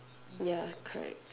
ya correct